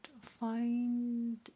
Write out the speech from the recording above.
find